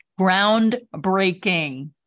Groundbreaking